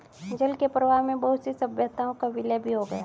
जल के प्रवाह में बहुत सी सभ्यताओं का विलय भी हो गया